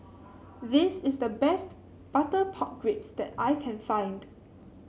this is the best Butter Pork Ribs that I can find